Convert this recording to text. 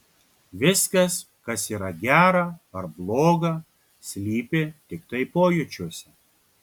viskas kas yra gera ar bloga slypi tiktai pojūčiuose